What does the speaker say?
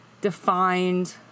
defined